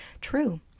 true